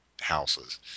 houses